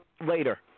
later